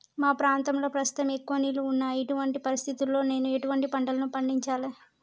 మా ప్రాంతంలో ప్రస్తుతం ఎక్కువ నీళ్లు ఉన్నాయి, ఇటువంటి పరిస్థితిలో నేను ఎటువంటి పంటలను పండించాలే?